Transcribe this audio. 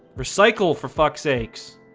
recycle for fucksakes